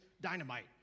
Dynamite